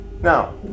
Now